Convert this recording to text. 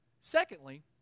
Secondly